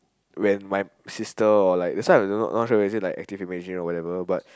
when my sister or like that's why I don't know not sure is it like active imagination or whatever but